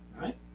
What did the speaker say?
right